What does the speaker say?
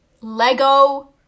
Lego